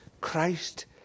Christ